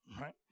right